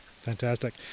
Fantastic